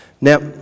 Now